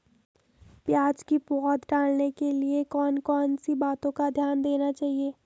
प्याज़ की पौध डालने के लिए कौन कौन सी बातों का ध्यान देना चाहिए?